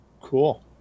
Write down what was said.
Cool